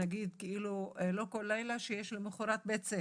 נגיד לא כל לילה כשיש למחרת בית ספר.